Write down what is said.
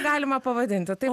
galima pavadinti tai